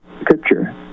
Scripture